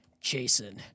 Jason